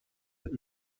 the